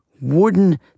wooden